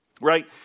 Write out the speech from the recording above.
right